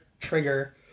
trigger